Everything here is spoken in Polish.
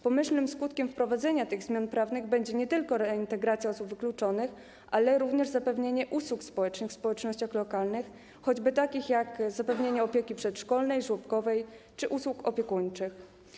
Pomyślnym skutkiem wprowadzenia tych zmian prawnych będzie nie tylko reintegracja osób wykluczonych, ale również zapewnienie usług społecznych w społecznościach lokalnych, choćby takich jak opieka przedszkolna, żłobkowa czy usługi opiekuńcze.